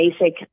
basic